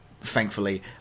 Thankfully